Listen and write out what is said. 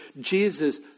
Jesus